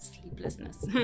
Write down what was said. sleeplessness